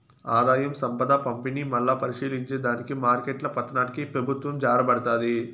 ఆదాయం, సంపద పంపిణీ, మల్లా పరిశీలించే దానికి మార్కెట్ల పతనానికి పెబుత్వం జారబడతాది